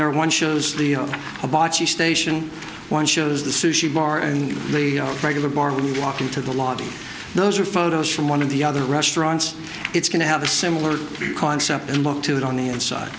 there one shows the abaci station one shows the sushi bar in a regular bar when you walk into the lobby those are photos from one of the other restaurants it's going to have a similar concept and look to it on the inside